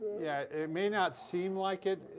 yeah, it may not seem like it,